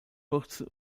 bürzel